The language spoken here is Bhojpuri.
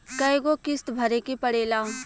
कय गो किस्त भरे के पड़ेला?